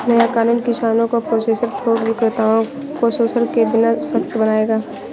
नया कानून किसानों को प्रोसेसर थोक विक्रेताओं को शोषण के बिना सशक्त बनाएगा